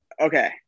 Okay